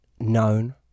known